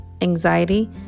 Anxiety